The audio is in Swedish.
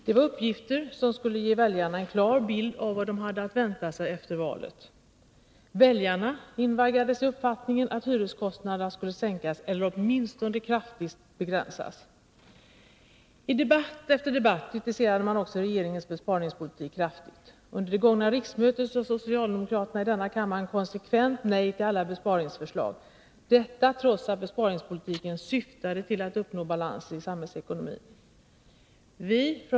Det var uppgifter som skulle ge väljarna en klar bild av vad de hade att vänta sig efter valet. Väljarna invaggades då i uppfattningen att hyreskostnaderna skulle sänkas eller åtminstone kraftigt Nr 14 begränsas. Torsdagen den I debatt efter debatt kritiserade oppositionen regeringens besparingspoli 21 oktober 1982 tik kraftigt. Under det gångna riksmötet sade socialdemokraterna här i kammaren konsekvent nej till alla besparingsförslag — detta trots att besparingspolitiken syftade till att uppnå balans i samhällsekonomin.